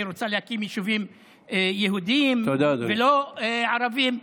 היא רוצה להקים יישובים יהודיים ולא ערביים.